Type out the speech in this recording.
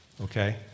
Okay